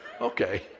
okay